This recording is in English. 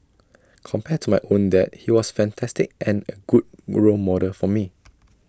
compared to my own dad he was fantastic and A good role model for me